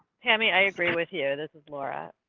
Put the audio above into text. tammy, i agree with you. this is laura.